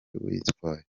uyitwaye